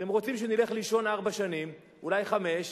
אתם רוצים שנלך לישון ארבע שנים, אולי חמש,